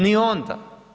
Ni onda.